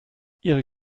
ihre